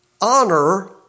honor